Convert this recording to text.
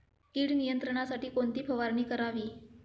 कीड नियंत्रणासाठी कोणती फवारणी करावी?